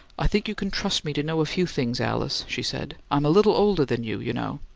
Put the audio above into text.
i think you can trust me to know a few things, alice, she said. i'm a little older than you, you know.